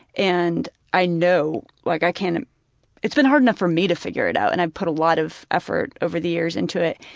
and i know, like i can't it's been hard enough for me to figure it out and i've put a lot of effort over the years into it.